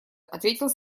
ответил